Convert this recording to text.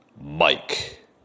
Mike